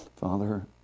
Father